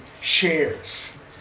shares